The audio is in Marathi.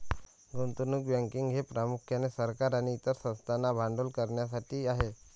गुंतवणूक बँकिंग हे प्रामुख्याने सरकार आणि इतर संस्थांना भांडवल करण्यासाठी आहे